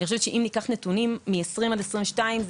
אם ניקח נתונים משנת 2020 עד 2022,